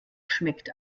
schmeckt